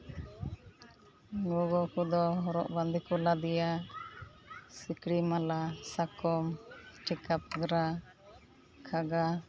ᱜᱚᱜᱚ ᱠᱚᱫᱚ ᱦᱚᱨᱚᱜ ᱵᱟᱸᱫᱮ ᱠᱚ ᱞᱟᱫᱮᱭᱟ ᱥᱤᱠᱲᱤ ᱢᱟᱞᱟ ᱥᱟᱠᱚᱢ ᱴᱷᱮᱠᱟ ᱯᱟᱜᱽᱨᱟ ᱠᱷᱟᱜᱟ